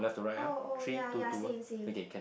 oh oh ya ya same same